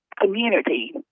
community